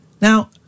Now